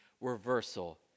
reversal